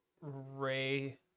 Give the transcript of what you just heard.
Ray